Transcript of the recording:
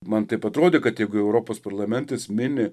man taip atrodė kad jeigu jau europos parlamentas mini